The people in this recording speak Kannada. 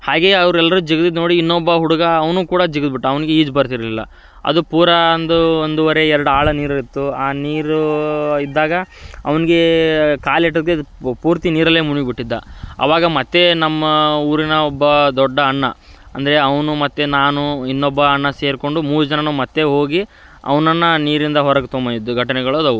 ಹಾಗೆಯೇ ಅವ್ರೆಲ್ಲರೂ ಜಿಗ್ದಿದ್ದು ನೋಡಿ ಇನ್ನೊಬ್ಬ ಹುಡುಗ ಅವನು ಕೂಡ ಜಿಗಿದ್ಬಿಟ್ಟ ಅವನಿಗೆ ಈಜು ಬರ್ತಿರಲಿಲ್ಲ ಅದು ಪೂರಾ ಒಂದು ಒಂದುವರೆ ಎರಡು ಆಳ ನೀರು ಇತ್ತು ಆ ನೀರು ಇದ್ದಾಗ ಅವ್ನಿಗೆ ಕಾಲೆಟುಕದೆ ಪ್ ಪೂರ್ತಿ ನೀರಲ್ಲೇ ಮುಳ್ಗ್ ಬಿಟ್ಟಿದ್ದ ಆವಾಗ ಮತ್ತೆ ನಮ್ಮ ಊರಿನ ಒಬ್ಬ ದೊಡ್ಡ ಅಣ್ಣ ಅಂದರೆ ಅವನು ಮತ್ತು ನಾನು ಇನ್ನೊಬ್ಬ ಅಣ್ಣ ಸೇರಿಕೊಂಡು ಮೂರು ಜನರು ಮತ್ತೆ ಹೋಗಿ ಅವ್ನನ್ನು ನೀರಿಂದ ಹೊರಗೆ ತೊಗಂಬಂದಿದ್ದು ಘಟನೆಗಳದವೆ